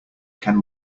can